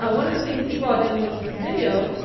ah one of the things he brought in was this video,